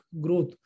growth